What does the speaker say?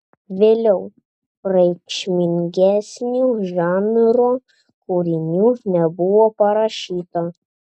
vėliau reikšmingesnių žanro kūrinių nebuvo parašyta